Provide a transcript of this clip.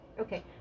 Okay